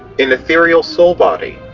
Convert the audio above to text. an ethereal soul-body.